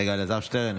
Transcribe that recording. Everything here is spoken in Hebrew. רגע, אלעזר שטרן.